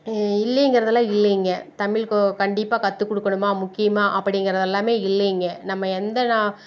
இல்லைங்கிறதுலாம் இல்லைங்க தமிழ் கண்டிப்பாக கற்றுக்குடுக்கணுமா முக்கியமாக அப்படிங்கிறது எல்லாமே இல்லைங்க நம்ம எந்த நா